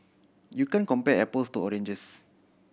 you can't compare apples to oranges